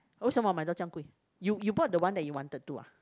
为什么买到这样贵 you you bought the one that you wanted to ah